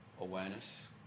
awareness